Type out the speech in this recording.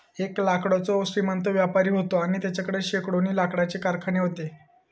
एक लाकडाचो श्रीमंत व्यापारी व्हतो आणि तेच्याकडे शेकडोनी लाकडाचे कारखाने व्हते